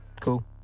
cool